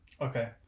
Okay